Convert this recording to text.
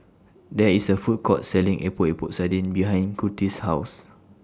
There IS A Food Court Selling Epok Epok Sardin behind Curtis' House